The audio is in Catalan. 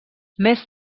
més